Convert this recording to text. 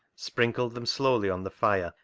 sprinkled them slowly on the fire,